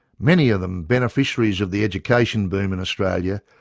many of them beneficiaries of the education boom in australia,